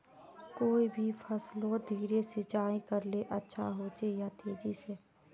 कोई भी फसलोत धीरे सिंचाई करले अच्छा होचे या तेजी से?